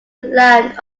land